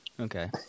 okay